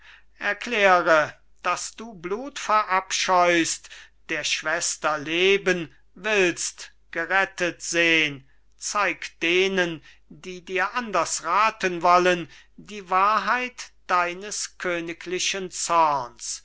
erkläre daß du blut verabscheust der schwester leben willst gerettet sehn zeig denen die dir anders raten wollen die wahrheit deines königlichen zorns